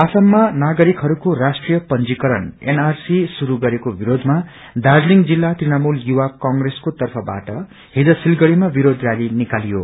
आसममा नागरिकहरूको राष्ट्रीय पंजीकरण एनआरसी श्रुय गरेको विरोधमा दार्जीलिङ जिल्ला तृणमूल युवा कंग्रेसको तर्फबाट हिज सिलगढ़ीमा विरोध र्याली निकालियो